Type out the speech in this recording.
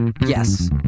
Yes